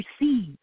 receive